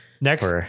Next